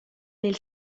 nel